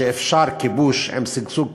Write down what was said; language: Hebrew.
שאפשר כיבוש עם שגשוג כלכלי,